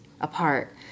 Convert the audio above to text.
apart